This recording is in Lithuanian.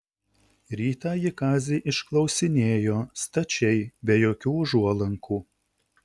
rytą ji kazį išklausinėjo stačiai be jokių užuolankų